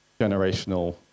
generational